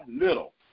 little